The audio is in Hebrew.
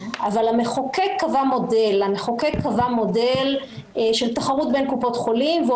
אבל המחוקק קבע מודל של תחרות בין קופות חולים והוא